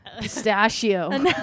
Pistachio